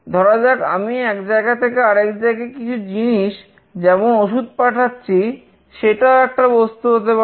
ধরা যাক আমি এক জায়গা থেকে আরেক জায়গায় কিছু জিনিস যেমন ওষুধ পাঠাচ্ছি সেটাও একটা বস্তু হতে পারে